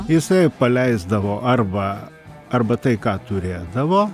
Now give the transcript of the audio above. jisai paleisdavo arba arba tai ką turėdavo